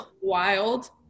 wild